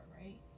right